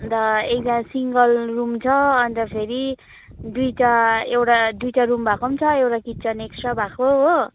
अन्त एकजना single room छ अन्त फेरि दुईवटा एउटा दुई़वटा रुम भएको पनि छ हो एउटा किचन एक्स्ट्रा भएको हो